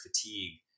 fatigue